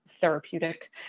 therapeutic